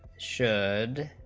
should